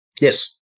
Yes